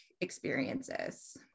experiences